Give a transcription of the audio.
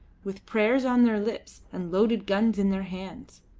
with prayers on their lips and loaded guns in their hands.